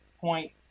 point